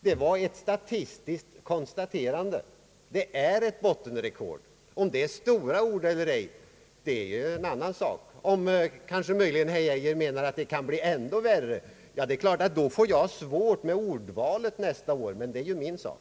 Det var ett statistiskt konstaterande, ty det är här fråga om ett bottenrekord. Om det är stora ord eller ej, är ju en annan sak. Herr Geijer menar kanske att det kan bli ändå värre. Det är klart att jag då kan få svårt med ordvalet nästa år, men det är ju min sak.